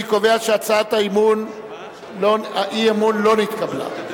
אני קובע שהצעת האי-אמון לא נתקבלה.